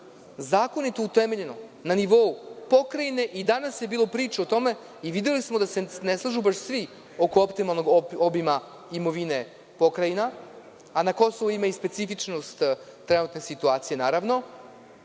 zakonito utemeljeno na nivou pokrajine. Danas je bilo priče o tome i videli smo da se ne slažu baš svi oko optimalnog obima imovine pokrajina, a na Kosovu postoji specifičnost trenutne situacije. To